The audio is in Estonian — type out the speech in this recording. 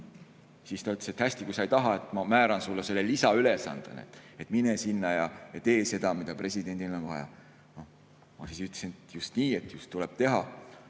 Siis ta ütles, et hästi, kui sa ei taha, siis ma määran sulle selle lisaülesande. Mine sinna ja tee seda, mida presidendil on vaja. Ma ütlesin: "Just nii!", et siis tuleb teha.